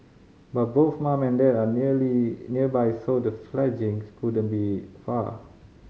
but both mum and dad are nearly nearby so the fledglings couldn't be far